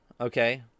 okay